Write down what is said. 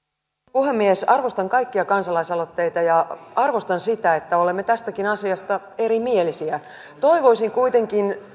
puhemies arvostan kaikkia kansalaisaloitteita ja arvostan sitä että olemme tästäkin asiasta erimielisiä toivoisin kuitenkin